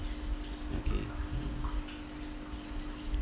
okay mm